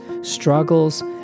struggles